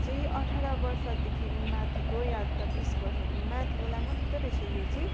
चाहिँ अठार वर्षदेखि माथिको या त बिस वर्षदेखि माथिकोलाई मात्रै रहेछ यो चाहिँ